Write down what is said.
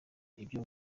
ibyo